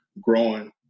growing